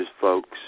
folks